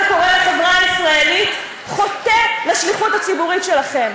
קורה לחברה הישראלית חוטא לשליחות הציבורית שלו.